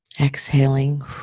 Exhaling